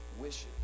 wishes